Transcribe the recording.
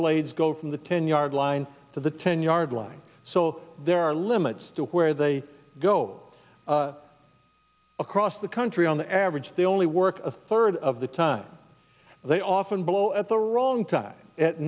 blades go from the ten yard line to the ten yard line so there are limits to where they go across the country on the average they only work a third of the time they often blow at the wrong time at